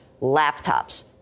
laptops